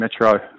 Metro